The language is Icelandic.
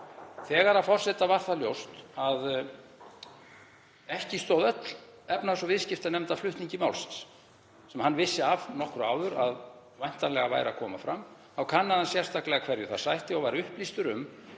Þegar forseta varð ljóst að ekki stóð öll efnahags- og viðskiptanefnd að flutningi málsins, sem hann vissi nokkru áður að væntanlega væri að koma fram, þá kannaði hann sérstaklega hverju það sætti og var upplýstur um